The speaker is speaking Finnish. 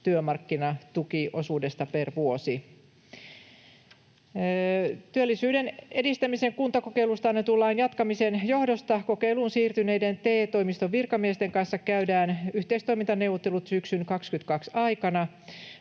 työmarkkinatukiosuudesta per vuosi. Työllisyyden edistämisen kuntakokeilusta annetun lain jatkamisen johdosta kokeiluun siirtyneiden TE-toimiston virkamiesten kanssa käydään yhteistoimintaneuvottelut syksyn 22 aikana.